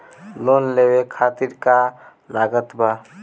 Loan लेवे खातिर का का लागत ब?